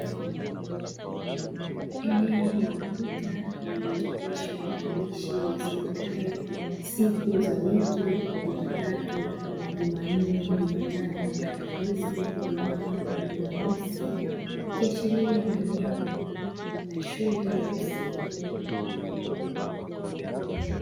Eneo la ukuta lililochapishwa maandishi yasomekayo siku za wiki: jumatatu, jumanne, jumatano, alhamisi, ijumaa, jumanosi; ikiashiria ni eneo la shule ya msingi.